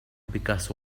because